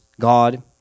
God